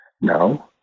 No